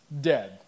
dead